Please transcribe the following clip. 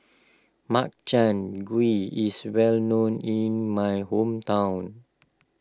Makchang Gui is well known in my hometown